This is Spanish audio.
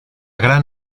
gran